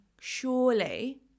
surely